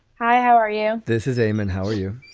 hi, how are yeah this is aymond. how are you?